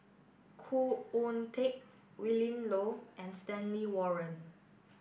Khoo Oon Teik Willin Low and Stanley Warren